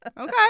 Okay